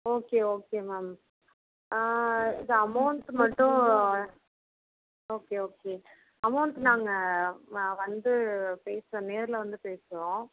okay okay ma'am இந்த amount மட்டும் okay okay amount நாங்கள் வ வந்து பேசு நேரில் வந்து பேசுகிறோம்